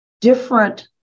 different